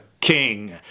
king